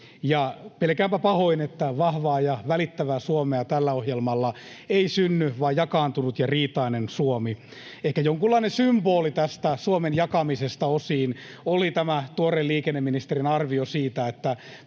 pelkäänpä pahoin, että vahvaa ja välittävää Suomea tällä ohjelmalla ei synny vaan jakaantunut ja riitainen Suomi. Ehkä jonkunlainen symboli tästä Suomen jakamisesta osiin oli tämä tuore liikenneministerin arvio siitä, että